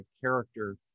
character